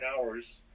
hours